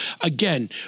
Again